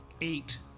Eight